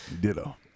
Ditto